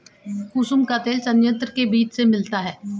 कुसुम का तेल संयंत्र के बीज से मिलता है